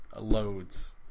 loads